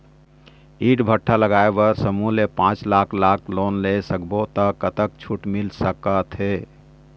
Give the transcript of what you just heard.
ईंट भट्ठा लगाए बर समूह ले पांच लाख लाख़ लोन ले सब्बो ता कतक छूट मिल सका थे?